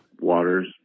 Waters